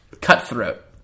Cutthroat